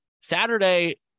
Saturday